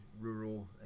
rural